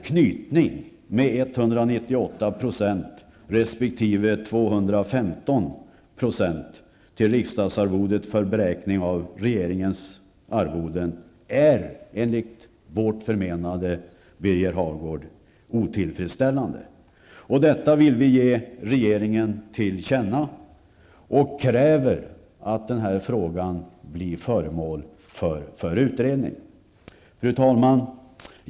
Knytningen till riksdagsledamotsarvodet vid beräkningen av regeringsledamöternas arvoden -- 198 % resp. 215 %-- är enligt vårt förmenande otillfredsställande. Detta vill vi ge regeringen till känna och kräver att den frågan blir föremål för utredning. Fru talman!